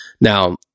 Now